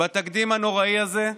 בתקדים הנוראי הזה,